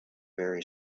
very